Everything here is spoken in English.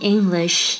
English